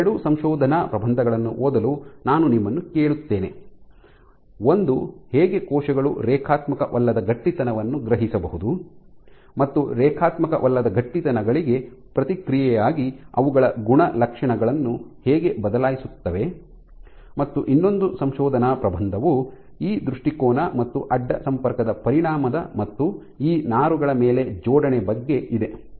ಈ ಎರಡು ಸಂಶೋಧನಾ ಪ್ರಬಂಧಗಳನ್ನು ಓದಲು ನಾನು ನಿಮ್ಮನ್ನು ಕೇಳುತ್ತೇನೆ ಒಂದು ಹೇಗೆ ಕೋಶಗಳು ರೇಖಾತ್ಮಕವಲ್ಲದ ಗಟ್ಟಿತನವನ್ನು ಗ್ರಹಿಸಬಹುದು ಮತ್ತು ರೇಖಾತ್ಮಕವಲ್ಲದ ಗಟ್ಟಿತನಗಳಿಗೆ ಪ್ರತಿಕ್ರಿಯೆಯಾಗಿ ಅವುಗಳ ಗುಣಲಕ್ಷಣಗಳನ್ನು ಹೇಗೆ ಬದಲಾಯಿಸುತ್ತವೆ ಮತ್ತು ಇನ್ನೊಂದು ಸಂಶೋಧನಾ ಪ್ರಬಂಧವು ಈ ದೃಷ್ಟಿಕೋನ ಮತ್ತು ಅಡ್ಡ ಸಂಪರ್ಕದ ಪರಿಣಾಮದ ಮತ್ತು ಈ ನಾರುಗಳ ಮೇಲೆ ಜೋಡಣೆ ಬಗ್ಗೆ ಇದೆ